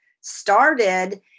started